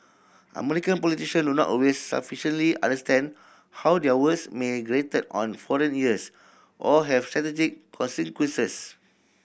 American politician do not always sufficiently understand how their words may grated on foreign ears or have strategic consequences